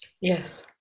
yes